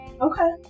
Okay